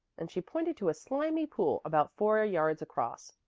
and she pointed to a slimy pool about four yards across,